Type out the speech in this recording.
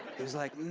he was like,